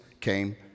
came